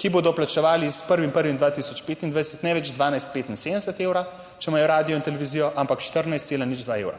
ki bodo plačevali s 1. 1. 2025 ne več 12,75 evra, če imajo radio in televizijo, ampak 14,02 evra,